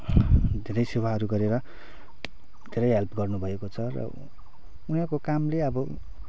धेरै सेवाहरू गरेर धेरै हेल्प गर्नुभएको छ र उनीहरूको कामले अब